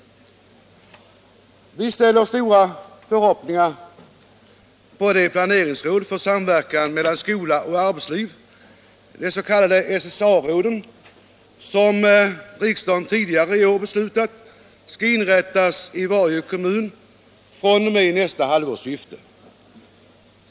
Vi ställer stora förhoppningar på de planeringsråd för samverkan mellan skola och arbetsliv — de s.k. SSA-råden — som riksdagen tidigare i år beslutat skall inrättas i varje kommun fr.o.m. nästa halvårsskifte.